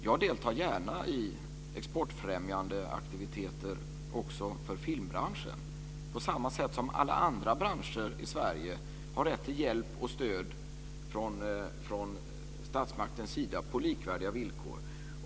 Jag deltar gärna i exportfrämjande aktiviteter också för filmbranschen på samma sätt som alla andra branscher i Sverige har rätt till hjälp och stöd från statsmaktens sida på likvärdiga villkor.